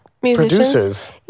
producers